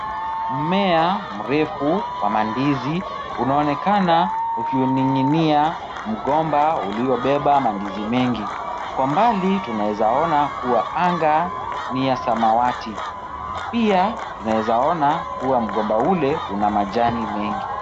Mmea mrefu wa mandizi unaonekana ukining'inia mgomba uliobeba mandizi mengi. Kwa mbali tunaeza ona kua anga ni ya samawati pia tunaeza ona pia mgomba ule una majani mengi.